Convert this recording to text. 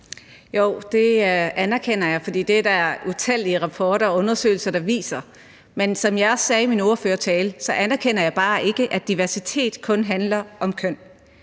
Jo, det anerkender jeg, for det er der utallige rapporter og undersøgelser der viser. Men som jeg også sagde i min ordførertale, anerkender jeg bare ikke, at diversitet kun handler om køn.